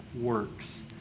works